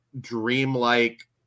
dreamlike